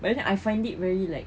but then I find it very like